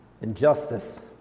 injustice